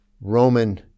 Roman